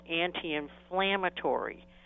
anti-inflammatory